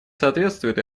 соответствует